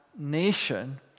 nation